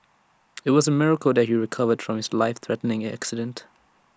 IT was A miracle that he recovered from his life threatening accident